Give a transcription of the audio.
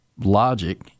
logic